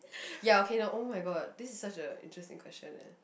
ya okay no oh-my-god this is such a interesting question eh